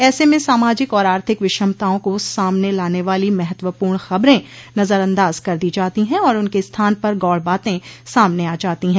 ऐसे में सामाजिक और आर्थिक विषमताओं को सामने लाने वाली महत्वपूर्ण खबरें नजर अंदाज कर दी जाती हैं और उनके स्थान पर गौण बातें सामने आ जाती हैं